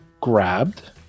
grabbed